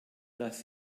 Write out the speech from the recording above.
dass